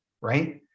right